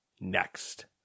Next